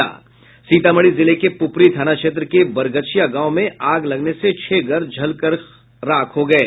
सीतामढी जिले के पुपरी थाना क्षेत्र के बरगछिया गांव में आग लगने से छह घर जल कर राख हो गये